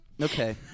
Okay